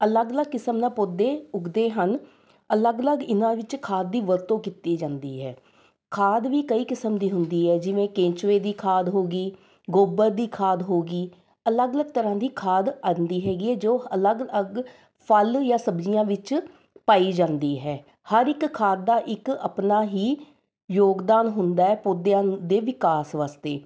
ਅਲੱਗ ਅਲੱਗ ਕਿਸਮ ਨਾਲ ਪੌਦੇ ਉੱਗਦੇ ਹਨ ਅਲੱਗ ਅਲੱਗ ਇਹਨਾਂ ਵਿੱਚ ਖਾਦ ਦੀ ਵਰਤੋਂ ਕੀਤੀ ਜਾਂਦੀ ਹੈ ਖਾਦ ਵੀ ਕਈ ਕਿਸਮ ਦੀ ਹੁੰਦੀ ਹੈ ਜਿਵੇਂ ਕੈਂਚਿਊਏ ਦੀ ਖਾਦ ਹੋ ਗਈ ਗੋਬਰ ਦੀ ਖਾਦ ਹੋ ਗਈ ਅਲੱਗ ਅਲੱਗ ਤਰ੍ਹਾਂ ਦੀ ਖਾਦ ਆਉਂਦੀ ਹੈਗੀ ਆ ਜੋ ਅਲੱਗ ਅਲੱਗ ਫਲ ਜਾਂ ਸਬਜ਼ੀਆਂ ਵਿੱਚ ਪਾਈ ਜਾਂਦੀ ਹੈ ਹਰ ਇੱਕ ਖਾਦ ਦਾ ਇੱਕ ਆਪਣਾ ਹੀ ਯੋਗਦਾਨ ਹੁੰਦਾ ਹੈ ਪੌਦਿਆਂ ਦੇ ਵਿਕਾਸ ਵਾਸਤੇ